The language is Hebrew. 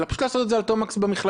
אלא פשוט לעשות את זה על תומקס במכללה?